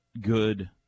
good